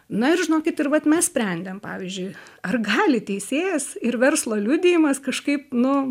na ir žinokit ir vat mes sprendėm pavyzdžiui ar gali teisėjas ir verslo liudijimas kažkaip nu